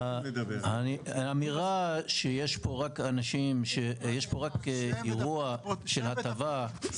האמירה שיש פה רק אירוע של הטבה,